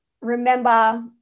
remember